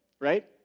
right